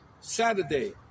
Saturday